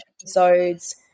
episodes